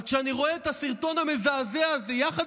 אז כשאני רואה את הסרטון המזעזע הזה יחד